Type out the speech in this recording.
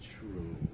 true